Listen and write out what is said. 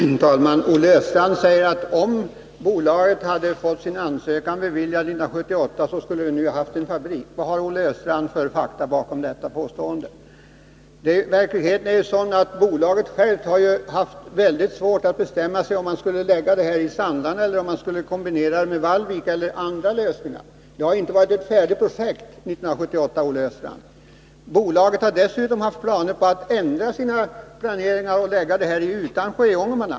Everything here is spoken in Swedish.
Herr talman! Olle Östrand säger att om bolaget hade fått sin ansökan beviljad 1978 skulle vi nu ha haft en fabrik. Vad har Olle Östrand för fakta bakom detta påstående? Verkligheten är ju sådan att bolaget självt har haft mycket svårt att bestämma sig om man skulle lägga fabriken i Sandarne eller om man skulle kombinera detta med en fabrik i Vallvik eller andra lösningar. Det har inte varit ett färdigt projekt 1978, Olle Östrand. Bolaget har dessutom tänkt ändra sina planer och lägga fabriken i Utansjö i Ångermanland.